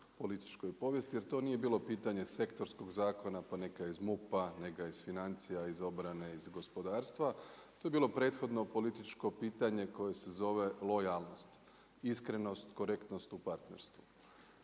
političkoj povijesti jer to nije bilo pitanje sektorskog zakona poneka iz MUP-a, neka iz financija, iz obrane, iz gospodarstva. To je bilo prethodno političko pitanje koje se zove lojalnost, iskrenost, korektnost u partnerstvu.